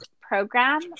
program